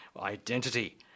identity